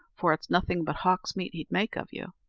for it's nothing but hawk's meat he'd make of you.